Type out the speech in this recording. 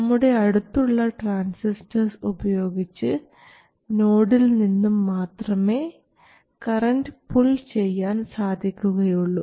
നമ്മുടെ അടുത്തുള്ള ട്രാൻസിസ്റ്റർസ് ഉപയോഗിച്ച് നോഡിൽ നിന്നും മാത്രമേ കറൻറ് പുൾ ചെയ്യാൻ സാധിക്കുകയുള്ളൂ